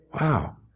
wow